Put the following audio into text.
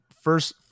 first